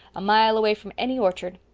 a mile away from any orchard.